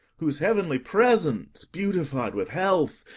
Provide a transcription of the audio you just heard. whose heavenly presence, beautified with health,